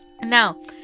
Now